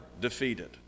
defeated